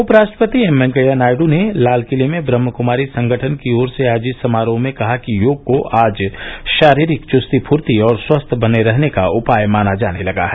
उपराष्ट्रपति एम वेंकैया नायडू ने लालकिले में ब्रहमकुमारी संगठन की ओर से आयोजित समारोह में कहा कि योग को आज शारीरिक चुस्ती फूर्ती और स्वस्थ बने रहने का उपाय माना जाने लगा है